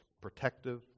protective